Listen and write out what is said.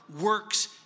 works